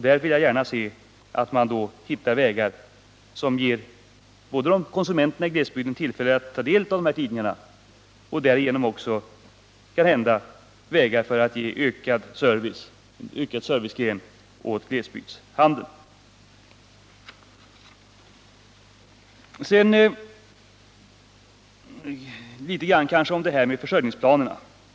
Där vill jag gärna se att man kan finna både vägar som ger konsumenterna i glesbygderna möjlighet att ta del av innehållet i tidningarna och kanhända också vägar för att öka servicen åt glesbygdshandeln. Sedan något om varuförsörjningsplanerna.